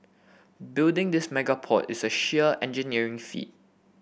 building this mega port is a sheer engineering feat